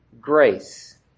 grace